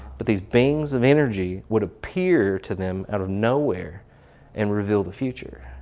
but these beings of energy would appear to them out of nowhere and reveal the future.